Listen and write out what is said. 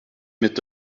mit